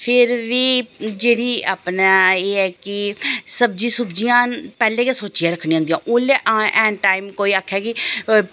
फिर बी जेह्ड़ी अपना एह् ऐ कि सब्जी सुब्जियां पैह्लें गै सोचियै रखनियां होंदियां उसलै ऐन टाइम कोई आखै कि